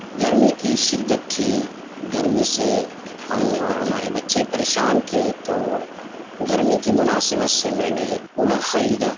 گرمی کی شدت تھی گرمی سے ہم اور ہمارے بچے پریشان تھے تو گرمی کی مناسبت سے میں نے کولر خریدا